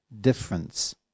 difference